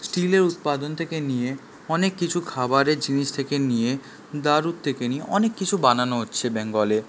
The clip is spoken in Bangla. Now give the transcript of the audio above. স্টিলের উৎপাদন থেকে নিয়ে অনেক কিছু খাবারের জিনিস থেকে নিয়ে দারুর থেকে নিয়ে অনেক কিছু বানানো হচ্ছে বেঙ্গলে